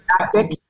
tactic